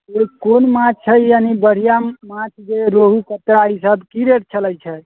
कोन माछ छै यानि बढ़िआँ माछ जे रोहू कतला ई सभ की रेट चलै छै